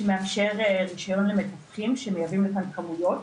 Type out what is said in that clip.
שמאפשר רישיון למתווכים שמייבאים לכאן כמויות,